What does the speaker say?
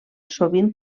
sovint